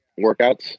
workouts